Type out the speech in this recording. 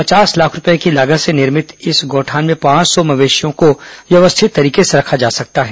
पचास लाख रूपए की लागत से निर्मित इस गौठान में पांच सौ मवेशियों को व्यवस्थित तरीके से रखा जा सकता है